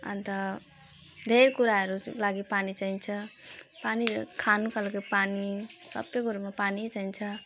अनि त धेरै कुराहरूको लागि पानी चाहिन्छ पानी खानुको लागि पानी सबै कुरोमा पानी नै चाहिन्छ